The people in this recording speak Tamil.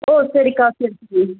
ஓ சரிக்கா சரி சரி